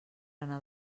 anar